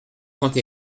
trente